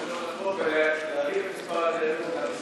ולהגדיל את מספר התיירים במדינת ישראל.